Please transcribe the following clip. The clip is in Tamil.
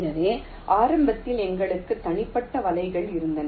எனவே ஆரம்பத்தில் எங்களுக்கு தனிப்பட்ட வலைகள் இருந்தன